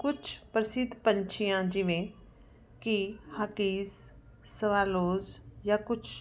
ਕੁਛ ਪ੍ਰਸਿੱਧ ਪੰਛੀਆਂ ਜਿਵੇਂ ਕਿ ਹਕੀਜ ਸਵਾਲੋਜ ਜਾਂ ਕੁਛ